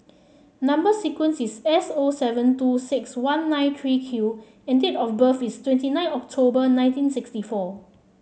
number sequence is S O seven two six one nine three Q and date of birth is twenty nine October nineteen sixty four